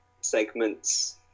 segments